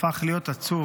שהפך להיות עצוב.